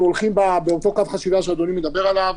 אנחנו הולכים באותו קו חשיבה שאדוני מדבר עליו.